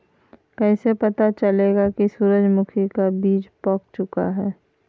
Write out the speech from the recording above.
कैसे पता चलेगा की सूरजमुखी का बिज पाक चूका है?